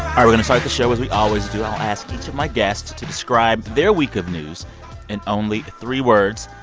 um the show as we always do. i'll ask each of my guests to describe their week of news in only three words.